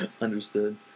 understood